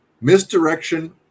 misdirection